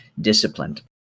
disciplined